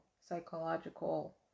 psychological